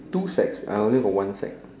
two sacks I only got one sack